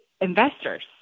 investors